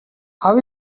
how